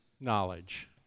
knowledge